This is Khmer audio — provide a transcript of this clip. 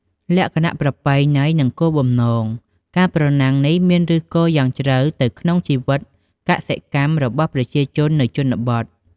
លក្ខណៈប្រពៃណី និងគោលបំណង ការប្រណាំងនេះមានឫសគល់យ៉ាងជ្រៅទៅក្នុងជីវិតកសិកម្មរបស់ប្រជាជននៅជនបទ។